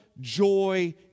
joy